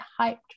hyped